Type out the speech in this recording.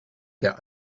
der